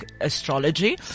astrology